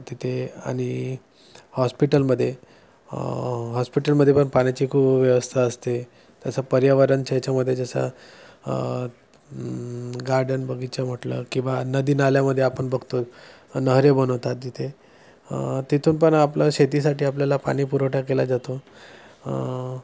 तिथे आणि हॉस्पिटलमध्ये हॉस्पिटलमध्ये पण पाण्याची खूप व्यवस्था असते तसं पर्यावरणाच्या ह्याच्यामध्ये जसं गार्डन बगीचा म्हटलं किंवा नदी नाल्यामध्ये आपण बघतो नहरे बनवतात तिथे तिथून पण आपलं शेतीसाठी आपल्याला पाणीपुरवठा केला जातो